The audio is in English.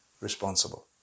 responsible